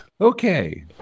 Okay